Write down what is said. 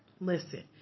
Listen